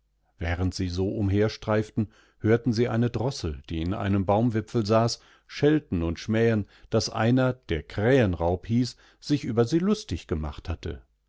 und sie flogeningroßerangstumdäumlingvoneinemortzumandern wählendsie so umherstreiften hörten sie eine drossel die in einem baumwipfel saß schelten und schmähen daß einer der krähenraub hieß sich über sie lustig gemacht hatte